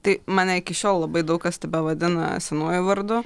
tai mane iki šiol labai daug kas tebevadina senuoju vardu